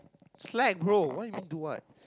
slack bro what you mean do what